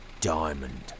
Diamond